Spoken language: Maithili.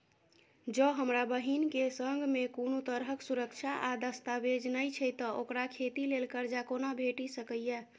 जँ हमरा बहीन केँ सङ्ग मेँ कोनो तरहक सुरक्षा आ दस्तावेज नै छै तऽ ओकरा खेती लेल करजा कोना भेटि सकैये?